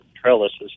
trellises